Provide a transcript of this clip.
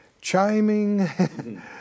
chiming